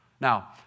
Now